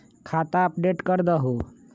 खाता अपडेट करदहु?